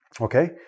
Okay